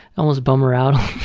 almost bum her out a